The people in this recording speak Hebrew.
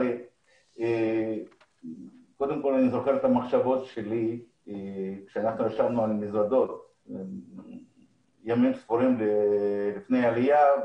אני זוכר את המחשבות שלי עת ישבנו על מזוודות ימים ספורים לפני העלייה.